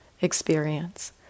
experience